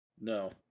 no